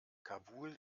kabul